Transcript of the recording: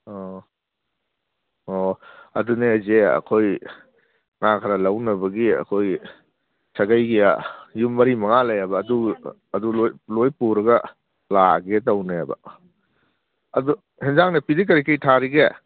ꯑꯣ ꯑꯣ ꯑꯗꯨꯅꯦ ꯍꯥꯏꯁꯦ ꯑꯩꯈꯣꯏ ꯉꯥ ꯈꯔ ꯂꯧꯅꯕꯒꯤ ꯑꯩꯈꯣꯏ ꯁꯥꯒꯩꯒꯤ ꯌꯨꯝ ꯃꯔꯤ ꯃꯉꯥ ꯂꯩꯌꯦꯕ ꯑꯗꯨ ꯑꯗꯨ ꯂꯣꯏ ꯄꯨꯔꯒ ꯂꯥꯛꯑꯒꯦ ꯇꯧꯅꯦꯕ ꯑꯗꯨ ꯌꯦꯟꯁꯥꯡ ꯅꯥꯄꯤꯗꯤ ꯀꯔꯤ ꯀꯔꯤ ꯊꯥꯔꯤꯒꯦ